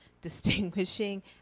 distinguishing